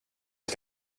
ska